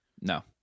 No